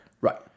Right